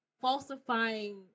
falsifying